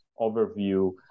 overview